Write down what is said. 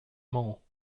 mall